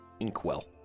inkwell